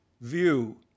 view